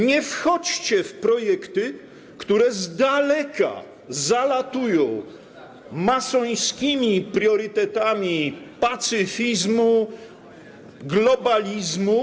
Nie wchodźcie w projekty, które z daleka zalatują masońskimi priorytetami pacyfizmu, globalizmu.